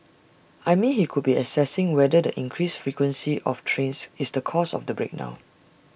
I mean he could be assessing whether the increased frequency of trains is the cause of the break down